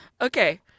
Okay